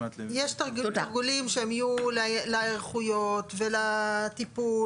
יש תרגולים שיהיו להיערכויות ולטיפול